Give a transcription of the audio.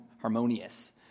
harmonious